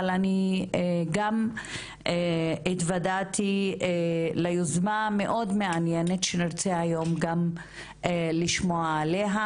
אבל אני גם התוודעתי ליוזמה המאוד מעניינת שנרצה היום גם לשמוע עליה